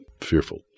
fearful